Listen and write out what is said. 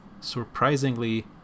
surprisingly